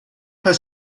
her